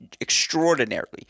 extraordinarily